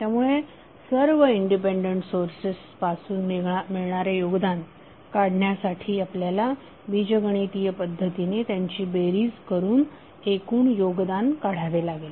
त्यामुळे सर्व independent sources पासून मिळणारे योगदान काढण्यासाठी आपल्याला बीजगणितीय पद्धतीने त्यांची बेरीज करून एकूण योगदान काढावे लागेल